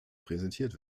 präsentiert